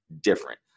different